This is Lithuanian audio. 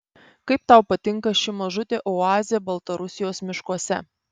kaip tau patinka ši mažutė oazė baltarusijos miškuose